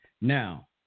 Now